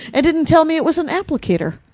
and didn't tell me it was an applicator.